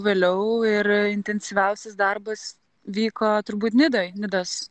vėliau ir intensyviausias darbas vyko turbūt nidoj nidos